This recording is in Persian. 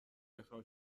اخراج